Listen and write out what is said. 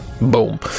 Boom